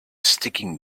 sticking